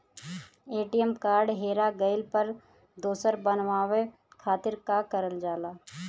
ATM card हेरा गइल पर दोसर बनवावे खातिर का करल जाला?